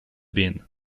bin